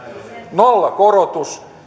nollakorotus